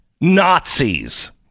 nazis